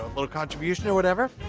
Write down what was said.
little contribution or whatever,